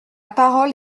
parole